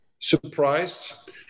surprised